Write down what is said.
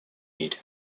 мире